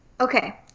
Okay